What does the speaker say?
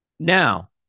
Now